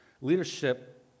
leadership